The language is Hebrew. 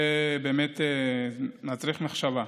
זה באמת מצריך מחשבה.